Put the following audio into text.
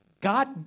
God